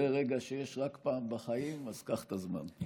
זה רגע שיש רק פעם אחת בחיים, אז קח את הזמן.